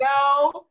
no